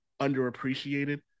underappreciated